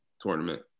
tournament